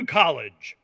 college